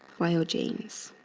by your genes.